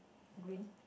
green